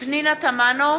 פנינה תמנו,